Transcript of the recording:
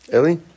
Ellie